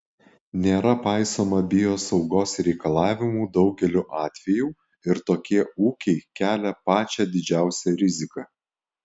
nėra paisoma biosaugos reikalavimų daugeliu atvejų ir tokie ūkiai kelia pačią didžiausią riziką